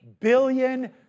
billion